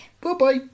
Bye-bye